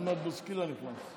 עוד מעט בוסקילה נכנס.